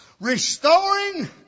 Restoring